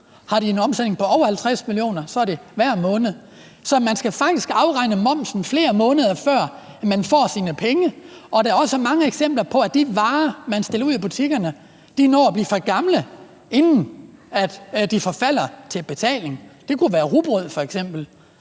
Har de en omsætning på over 50 mio. kr., er det hver måned. Så man skal faktisk afregne momsen, flere måneder før man får sine penge. Der er også mange eksempler på, at de varer, man stiller ud i butikkerne, når at blive for gamle, inden de forfalder til betaling. Det kunne f.eks.